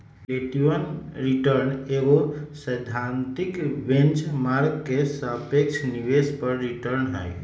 relative return एगो सैद्धांतिक benchmark के सापेक्ष निवेश पर रिटर्न हइ